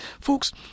folks